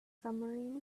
submarine